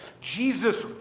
Jesus